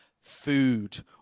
food